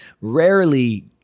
rarely